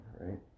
right